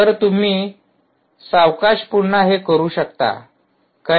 तर तुम्ही सावकाश पुन्हा हे करू शकता